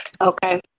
Okay